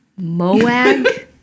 Moag